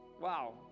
Wow